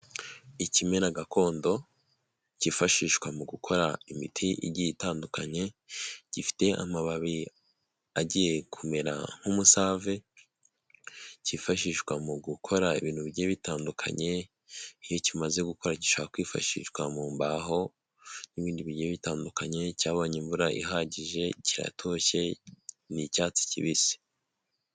Ikimera gakondo kifashishwa mu gukora imiti igiye itandukanye, gifite amababi agiye kumera nk'umusave, cyifashishwa mu gukora ibintu bigiye bitandukanye, iyo kimaze gukura gishobora kwifashishwa mu mbaho n'ibindi bigiye bitandukanye, cyabonye imvura ihagije, kiratoshye ni icyatsi kibisi.